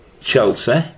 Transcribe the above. Chelsea